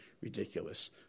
ridiculous